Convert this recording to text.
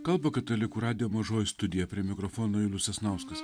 kalba katalikų radijo mažoji studija prie mikrofono julius sasnauskas